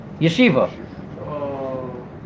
Yeshiva